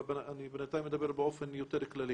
אבל אני בינתיים מדבר באופן יותר כללי.